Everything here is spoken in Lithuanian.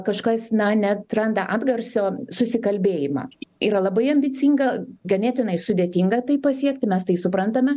kažkas na neatranda atgarsio susikalbėjimas yra labai ambicinga ganėtinai sudėtinga tai pasiekti mes tai suprantame